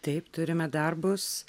taip turime darbus